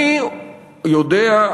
אני יודע,